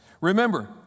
Remember